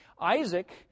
Isaac